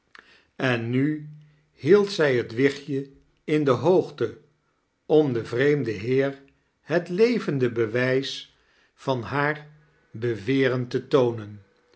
en nu hield zij het wichtje in de hoogte om den vreemden heer het levende bewijs van haar charles dickens beweren te toonen